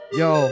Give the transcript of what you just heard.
yo